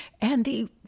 Andy